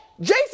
Jason